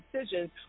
decisions